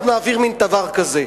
אנחנו נעביר מין דבר כזה.